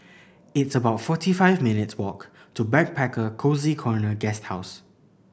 it's about forty five minutes' walk to Backpacker Cozy Corner Guesthouse